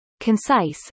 concise